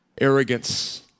arrogance